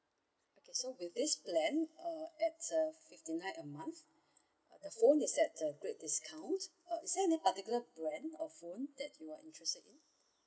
okay so with this plan uh at uh fifty nine a month the phone is at the great discount uh is there any particular brand of phone that you're interested in